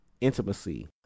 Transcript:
intimacy